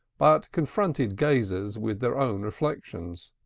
but confronted gazers with their own rejections.